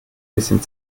bisschen